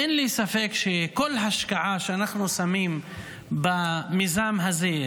אין לי ספק שכל השקעה שאנחנו שמים במיזם הזה,